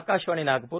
Akashvani Nagpur